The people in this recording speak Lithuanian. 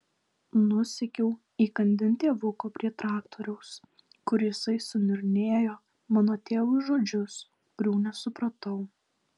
nusekiau įkandin tėvuko prie traktoriaus kur jisai suniurnėjo mano tėvui žodžius kurių nesupratau